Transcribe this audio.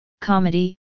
comedy